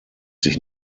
sich